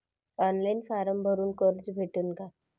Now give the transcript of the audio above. Online form भरून कर्ज भेटन का?